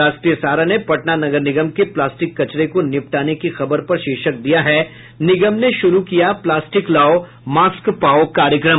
राष्ट्रीय सहारा ने पटना नगर निगम के प्लास्टिक कचरे को निपटाने की खबर पर शीर्षक दिया है निगम ने शुरू किया प्लास्टिक लाओ मास्क पाओ कार्यक्रम